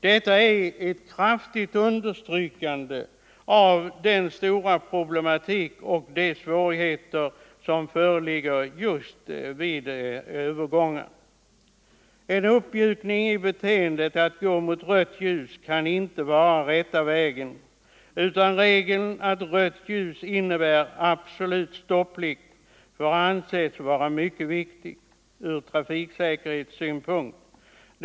Detta är ett kraftigt understrykande av de stora svårigheter som föreligger just vid övergångsställen. En uppmjukning av förbudet att gå mot rött ljus kan inte vara den rätta vägen att lösa problemen. Regeln att rött ljus innebär absolut stopplikt måste anses mycket viktig från trafiksäkerhetssynpunkt.